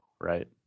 right